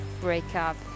breakup